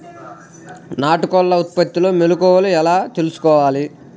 నాటుకోళ్ల ఉత్పత్తిలో మెలుకువలు ఎలా తెలుసుకోవాలి?